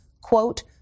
quote